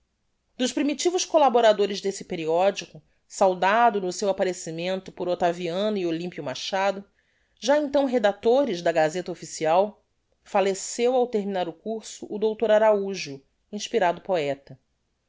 dos primitivos collaboradores desse periodico saudado no seu apparecimento por octaviano e olimpio machado já então redactores da gazeta official falleceu ao terminar o curso o dr araujo inspirado poeta